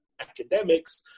academics